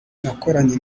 nakoranye